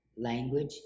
language